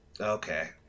okay